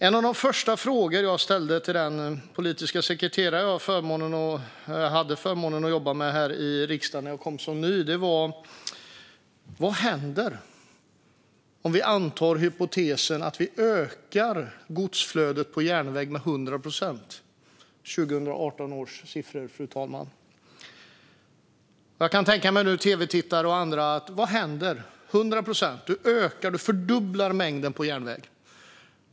En av de första frågor jag ställde till den politiska sekreterare jag hade förmånen att jobba med när jag kom som ny till riksdagen var: Vad händer om vi antar hypotesen att vi ökar godsflödet på järnväg med 100 procent, utgående från 2018 års siffror? För tv-tittare och andra vill jag förklara att det alltså handlar om att vi fördubblar den mängd som går på järnväg.